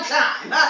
time